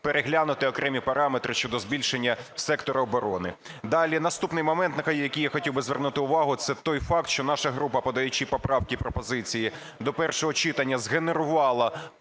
переглянути окремі параметри щодо збільшення сектору оборони. Далі, наступний момент, на який я хотів би звернути увагу. Це той факт, що наша група, подаючи поправки і пропозиції до першого читання, згенерувала